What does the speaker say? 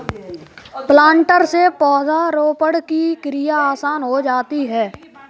planter से पौधरोपण की क्रिया आसान हो जाती है